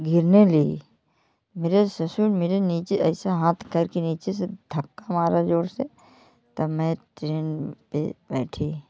गिरने लगी मेरे ससुर मेरे नीचे ऐसा हाथ करके नीचे से धक्का मारा जोर से तब मैं ट्रेन पर बैठी